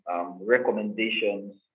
recommendations